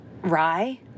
Rye